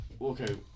Okay